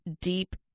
deep